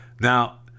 Now